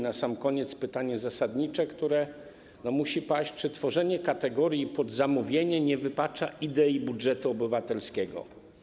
Na sam koniec pytanie zasadnicze, które musi paść: Czy tworzenie kategorii pod zamówienie nie wypacza idei budżetu obywatelskiego?